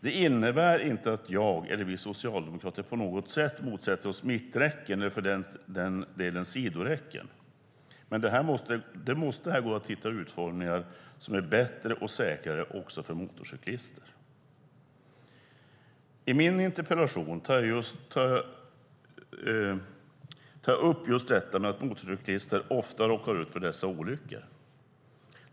Det innebär inte att jag eller vi socialdemokrater på något sätt motsätter oss mitträcken eller för den delen sidoräcken, men det måste gå att hitta utformningar som är bättre och säkrare också för motorcyklister. I min interpellation tar jag upp just detta med att motorcyklister ofta råkar ut för dessa olyckor.